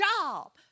job